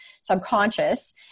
subconscious